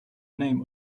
name